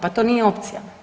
Pa to nije opcija.